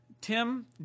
Tim